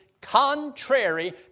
contrary